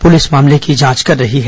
police मामले की जांच कर रही है